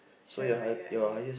should have met you earlier